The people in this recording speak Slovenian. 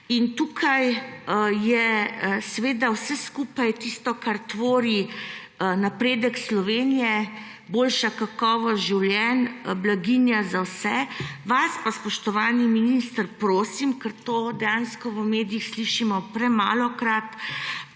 In tukaj je vse skupaj tisto, kar tvori napredek Slovenije: boljša kakovost življenja, blaginja za vse. Vas pa, spoštovani minister prosim, da poveste, ker to dejansko v medijih slišimo premalokrat: